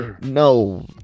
no